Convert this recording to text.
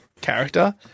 character